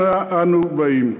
אנה אנו באים.